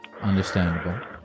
Understandable